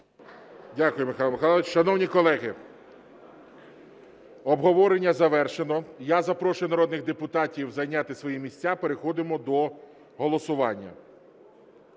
Дякую, Михайло Михайлович. Шановні колеги, обговорення завершено. Я запрошую народних депутатів зайняти свої місця. Переходимо до голосування.